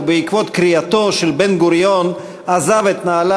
ובעקבות קריאתו של בן-גוריון עזב את נהלל